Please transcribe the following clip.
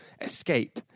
escape